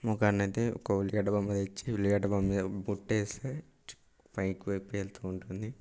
మా కాడనయితే ఉల్లిగడ్డ బాంబు తెచ్చి ఉల్లిగడ్డ బాంబు మీద బుట్టేస్తే పైకి పోయి పేలుతూ ఉంటుంది